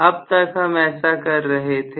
अब तक हम ऐसा कर रहे थे